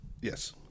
yes